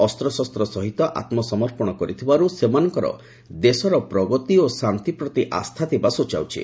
ଅସ୍ତ୍ରଶସ୍ତ ସହିତ ଆତ୍ମସମର୍ପଣ କରିଥିବାରୁ ସେମାନଙ୍କର ଦେଶର ପ୍ରଗତି ଓ ଶାନ୍ତି ପ୍ରତି ଆସ୍ଥା ଥିବା ସ୍ୱଚାଉଛି